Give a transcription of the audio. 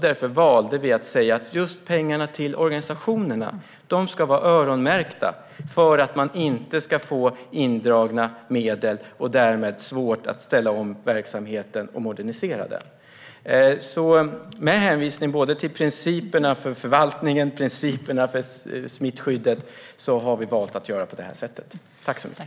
Därför valde vi att säga: Just pengarna till organisationerna ska vara öronmärkta för att de inte ska få indragna medel och därmed svårt att ställa om verksamheten och modernisera den. Vi har valt att göra på det här sättet med hänvisning till principerna för förvaltningen och principerna för smittskyddet.